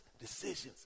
Decisions